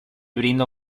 brinda